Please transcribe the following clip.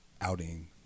outing